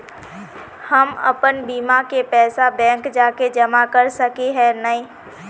हम अपन बीमा के पैसा बैंक जाके जमा कर सके है नय?